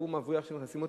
עבור מבריח שמכניס אותם,